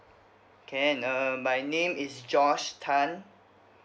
can uh my name is george tan wei ming